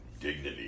dignity